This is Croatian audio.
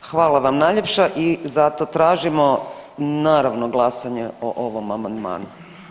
Hvala vam najljepša i zato tražimo naravno glasanje o ovom amandmanu.